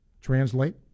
translate